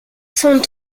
sont